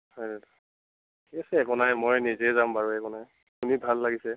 হয় দাদা ঠিক আছে একো নাই মই নিজেই যাম বাৰু একো নাই শুনি ভাল লাগিছে